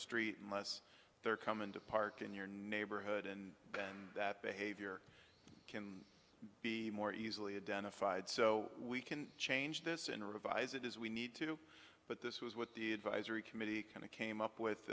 street less they're coming to park in your neighborhood and and that behavior can be more easily identified so we can change this and revise it is we need to do but this was what the advisory committee kind of came up with